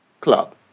Club